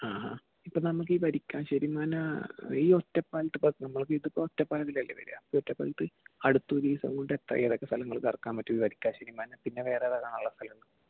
ആ ആ ഇപ്പോൾ നമുക്കീ വരിക്കാശ്ശേരി മന ഈ ഒറ്റപ്പാലത്ത് ഇപ്പം നമ്മളൊക്കേ ഇതിപ്പം ഒറ്റപ്പാലത്തല്ലേ വരുക ഒറ്റപ്പാലത്ത് അടുത്ത ഒരു ദിവസം കൊണ്ട് എത്ര ഏതൊക്കേ സ്ഥലം കറക്കാൻ പറ്റും വരിക്കാശ്ശേരി മന പിന്നെ വേറെ ഏതാണുള്ള സ്ഥലങ്ങൾ